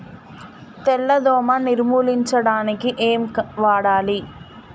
తెల్ల దోమ నిర్ములించడానికి ఏం వాడాలి?